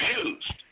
abused